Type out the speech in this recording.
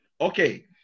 Okay